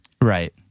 Right